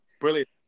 Brilliant